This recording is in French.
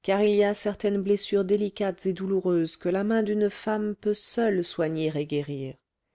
car il y a certaines blessures délicates et douloureuses que la main d'une femme peut seule soigner et guérir